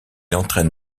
entraîne